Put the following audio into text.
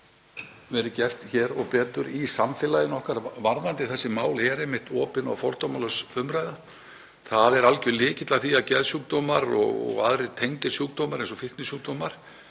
gert betur hér og í samfélaginu okkar varðandi þessi mál þá er það einmitt opin og fordómalaus umræða. Það er algjör lykill að því að geðsjúkdómar og aðrir tengdir sjúkdómar, eins og fíknisjúkdómar,